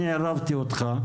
אני עירבתי אותך.